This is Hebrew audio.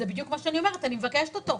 זה בדיוק מה שאני אומרת, אני מבקשת אותו.